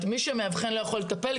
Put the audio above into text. מי שמאבחן לא יכול לטפל,